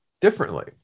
differently